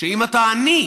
שאם אתה עני,